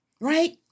right